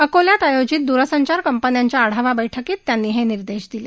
अकोल्यात आयोजित द्रसंचार कंपन्यांच्या आढावा बैठकीत त्यांनी हे निर्देश दिले